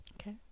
Okay